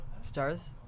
Stars